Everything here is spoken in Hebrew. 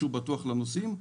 שהוא בטוח לנוסעים,